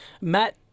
Matt